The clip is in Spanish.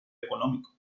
económico